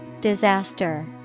Disaster